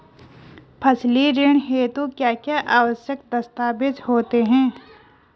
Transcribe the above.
फसली ऋण हेतु क्या क्या आवश्यक दस्तावेज़ होते हैं?